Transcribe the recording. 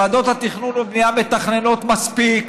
ועדות התכנון והבנייה מתכננות מספיק,